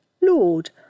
Lord